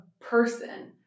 person